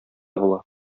була